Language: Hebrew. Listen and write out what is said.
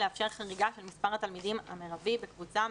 לאפשר חריגה של מספר התלמידים המרבי בקבוצה,